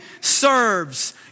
serves